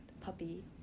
puppy